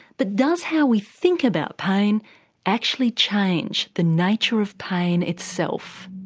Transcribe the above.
but does how we think about pain actually change the nature of pain itself?